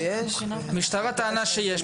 המשטרה טענה שיש עלות.